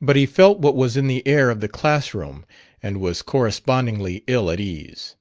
but he felt what was in the air of the classroom and was correspondingly ill at ease.